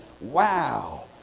wow